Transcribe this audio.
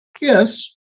Yes